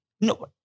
No